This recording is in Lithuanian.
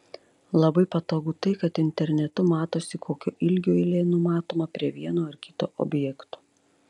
labai patogu tai kad internetu matosi kokio ilgio eilė numatoma prie vieno ar kito objekto